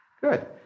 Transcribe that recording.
Good